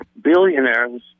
billionaires